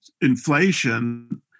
inflation